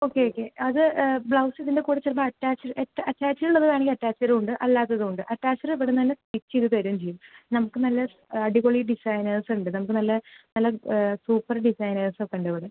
okay okay അത് blouse ഇതിൻ്റെ കൂടെ ചേർന്ന് അറ്റാച്ച്ഡ് എത്ത് അറ്റാച്ച്ഡ് ഉള്ളത് വേണമെങ്കിൽ അറ്റാച്ച്ഡും ഉണ്ട് അല്ലാത്തതും ഉണ്ട് അറ്റാച്ച്ഡ് ഇവിടുന്ന് തന്നെ സ്റ്റിച്ച് ചെയ്ത് തരുകയും ചെയ്യും നമുക്ക് നല്ല അടിപൊളി ഡിസൈനേഴ്സ് ഉണ്ട് നമുക്ക് നല്ല നല്ല സൂപ്പർ ഡിസൈനേഴ്സ് ഒക്കെ ഉണ്ട് ഇവിടെ